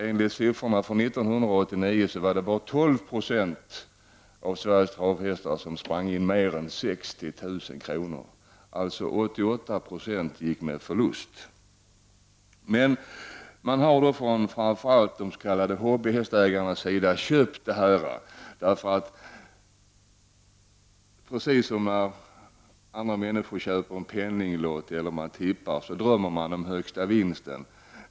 Enligt siffrorna för 1989 var det bara 12 96 av Sveriges travhästar som sprang in mer än 60 000 kr., alltså 88 96 gick med förlust. Men de s.k. hobbyhästägarna har ändå ”köpt” det här. När andra människor köper en penninglott eller tippar drömmer de om högsta vinsten.